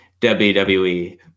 WWE